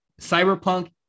Cyberpunk